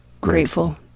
Grateful